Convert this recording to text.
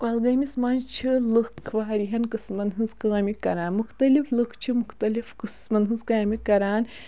کۄلگٲمِس منٛز چھِ لُکھ واریاہَن قٕسمَن ہِنٛز کامہِ کَران مُختلِف لُکھ چھِ مُختلِف قٕسمَن ہِنٛز کامہِ کَران